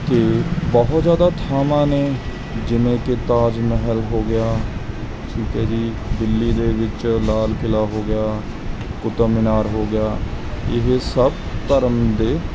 ਅਤੇ ਬਹੁਤ ਜ਼ਿਆਦਾ ਥਾਵਾਂ ਨੇ ਜਿਵੇਂ ਕਿ ਤਾਜ ਮਹਿਲ ਹੋ ਗਿਆ ਠੀਕ ਹੈ ਜੀ ਦਿੱਲੀ ਦੇ ਵਿੱਚ ਲਾਲ ਕਿਲ੍ਹਾ ਹੋ ਗਿਆ ਕੁਤਬ ਮੀਨਾਰ ਹੋ ਗਿਆ ਇਹ ਸਭ ਧਰਮ ਦੇ